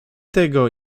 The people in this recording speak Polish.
tego